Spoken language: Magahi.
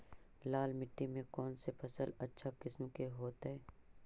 लाल मिट्टी में कौन से फसल अच्छा किस्म के होतै?